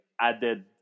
added